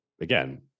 again